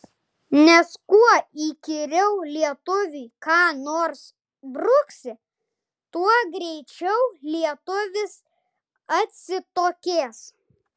nes kuo įkyriau lietuviui ką nors bruksi tuo greičiau lietuvis atsitokės